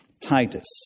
Titus